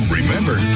remember